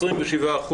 27%,